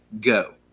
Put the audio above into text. Go